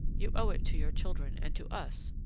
you owe it to your children and to us,